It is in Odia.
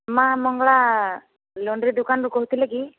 ମା' ମଙ୍ଗଳା ଲଣ୍ଡ୍ରି ଦୋକାନରୁ କହୁଥିଲେ କି